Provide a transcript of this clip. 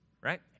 right